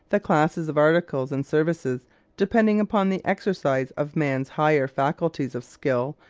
the classes of articles and services depending upon the exercise of man's higher faculties of skill,